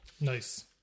Nice